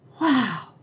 wow